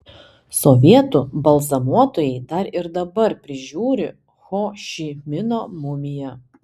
sovietų balzamuotojai dar ir dabar prižiūri ho ši mino mumiją